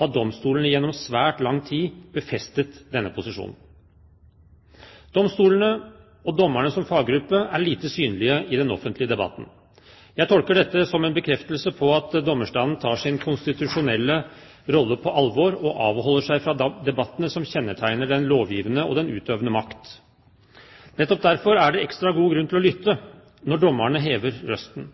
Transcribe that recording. har domstolene gjennom svært lang tid befestet denne posisjonen. Domstolene, og dommerne som faggruppe, er lite synlige i den offentlige debatten. Jeg tolker dette som en bekreftelse på at dommerstanden tar sin konstitusjonelle rolle på alvor, og avholder seg fra debattene som kjennetegner den lovgivende og den utøvende makt. Nettopp derfor er det ekstra god grunn til å lytte når dommerne hever røsten